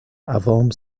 عوام